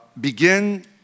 begin